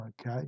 okay